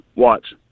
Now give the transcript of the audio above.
watch